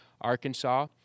Arkansas